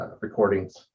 recordings